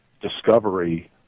discovery